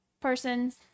persons